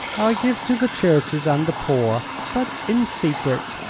i give to the churches and the poor, but in secret.